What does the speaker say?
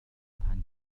phan